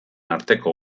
arteko